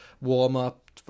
warm-up